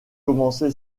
commencé